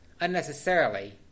unnecessarily